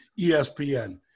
ESPN